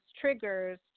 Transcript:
triggers